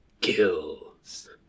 Kills